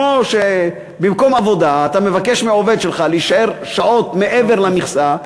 כמו שבמקום עבודה אתה מבקש מעובד שלך להישאר שעות מעבר למכסה,